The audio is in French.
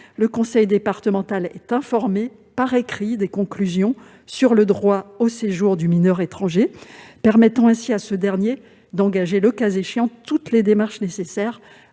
le conseil départemental est informé par écrit des conclusions sur le droit au séjour du mineur étranger, permettant ainsi à ce dernier d'engager le cas échéant toutes les démarches nécessaires,